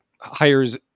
hires